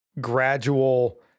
gradual